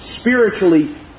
spiritually